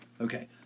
okay